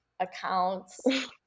accounts